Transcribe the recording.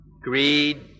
Greed